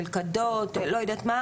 נלכדות וכו',